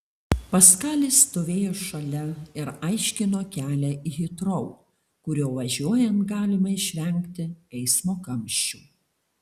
paskalis stovėjo šalia ir aiškino kelią į hitrou kuriuo važiuojant galima išvengti eismo kamščių